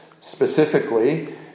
Specifically